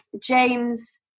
james